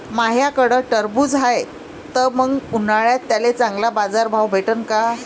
माह्याकडं टरबूज हाये त मंग उन्हाळ्यात त्याले चांगला बाजार भाव भेटन का?